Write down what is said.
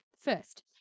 first